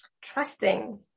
trusting